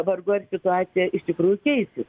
vargu ar situacija iš tikrųjų keisis